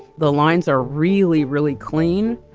the lines are really, really clean.